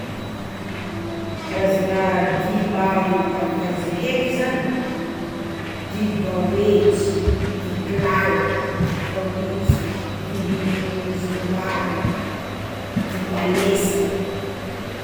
Karazagna dihy maro araka ze heky zany: dihy baoejy, dihy kilalaka, dihy kawitry, dihy zumba, dihy malesa.